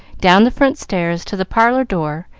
down the front stairs to the parlor door,